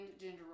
gender